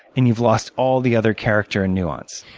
and you've lost all the other character and nuance.